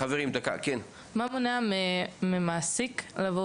מה מונע ממעסיק לבוא